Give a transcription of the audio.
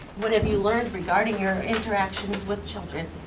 what have you learned regarding your interactions with children,